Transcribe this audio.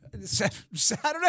Saturday